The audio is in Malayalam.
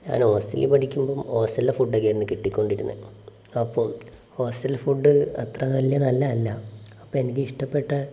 ഞാൻ ഹോസ്റ്റലിൽ പഠിക്കുമ്പം ഹോസ്റ്റലിലെ ഫുഡ്ഡൊക്കെയായിരുന്നു കിട്ടിക്കോണ്ടിരുന്നത് അപ്പം ഹോസ്റ്റൽ ഫുഡ്ഡ് അത്ര വലിയ നല്ലതല്ല അപ്പോൾ എനിക്കിഷ്ടപ്പെട്ട